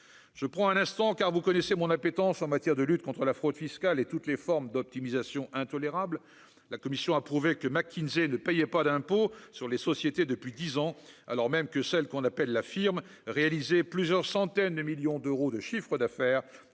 je prends un instant car vous connaissez mon appétence en matière de lutte contre la fraude fiscale et toutes les formes d'optimisation intolérable, la commission a prouvé que McKinsey ne payait pas d'impôt sur les sociétés depuis 10 ans, alors même que celle qu'on appelle la firme réalisé plusieurs centaines de millions d'euros de chiffre d'affaires